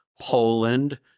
Poland